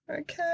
okay